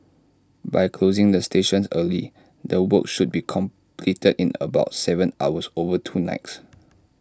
by closing the stations early the work should be completed in about Seven hours over two likes